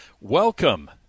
welcome